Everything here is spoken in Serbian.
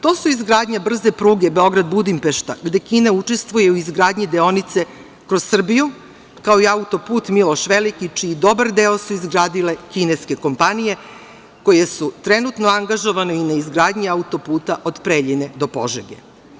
To su izgradnja brze pruge Beograd-Budimpešta, gde Kina učestvuje u izgradnji deonice kroz Srbiju, kao i autoput „Miloš Veliki“ čiji dobar deo su izgradile kineske kompanije koje su trenutno angažovane i na izgradnji autoputa do Preljine do Požege.